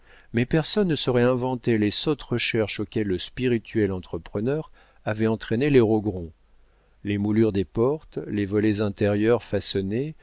mais personne ne saurait inventer les sottes recherches auxquelles le spirituel entrepreneur avait entraîné les rogron les moulures des portes les volets intérieurs